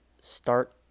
start